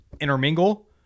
intermingle